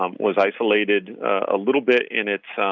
um was isolated a little bit in its